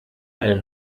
einen